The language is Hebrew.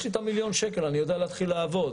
יש לי את המיליון שקל אני יודע להתחיל לעבוד,